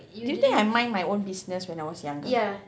do you think I mind my own business when I was younger